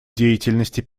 деятельности